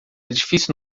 difícil